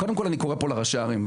קודם כול אני קורא כאן לראשי הערים,